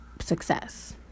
success